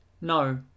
No